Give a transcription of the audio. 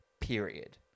period